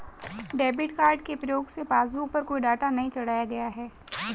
debit card के प्रयोग से पासबुक पर कोई डाटा नहीं चढ़ाया गया है